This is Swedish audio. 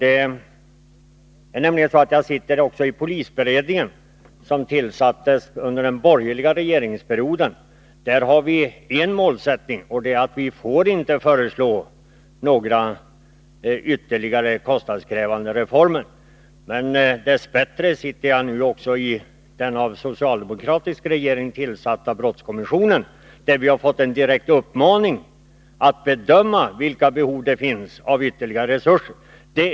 Jag är ledamot av polisberedningen, som tillsattes under den borgerliga regeringsperioden. I direktiven för den ingår att vi inte får föreslå några nya kostnadskrävande reformer. Dess bättre sitter jag också med i den av den socialdemokriska regeringen tillsatta brottskommissionen, där vi har fått en direkt uppmaning att bedöma vilka behov av ytterligare resurser som finns.